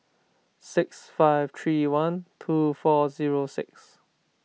six five three one two four zero six